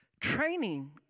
Training